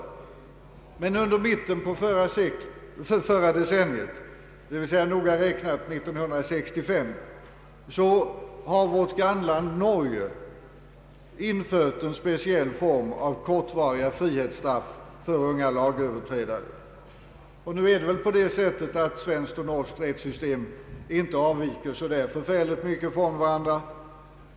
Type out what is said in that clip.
Men under mitten av förra decenniet, dvs. noga räknat 1965, har gamla Norge infört en speciell form av kortvariga frihetsstraff för unga lagöverträdare. Nu förhåller det sig väl så att svenskt och norskt rättssystem inte avviker så särdeles mycket från varandra.